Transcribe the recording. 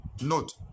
Note